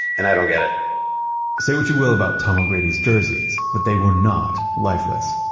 and i don't get it say what you will about tom o'grady's jerseys, but they were not lifeless.